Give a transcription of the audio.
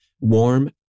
warm